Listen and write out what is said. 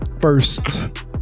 first